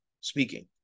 speaking